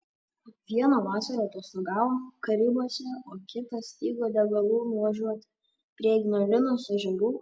vieną vasarą atostogavo karibuose o kitą stigo degalų nuvažiuoti prie ignalinos ežerų